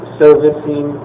servicing